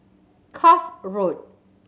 Cuff Road